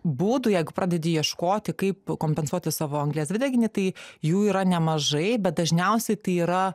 būdų jeigu pradedi ieškoti kaip kompensuoti savo anglies dvideginį tai jų yra nemažai bet dažniausiai tai yra